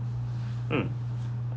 mm